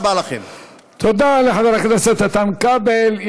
תודה לחבר הכנסת איתן כבל.